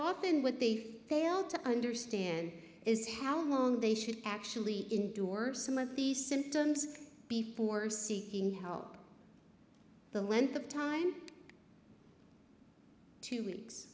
often what they fail to understand is how long they should actually endure some of these symptoms before seeking help the length of time two weeks